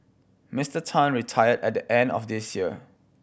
Mister Tan retired at the end of this year